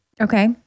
Okay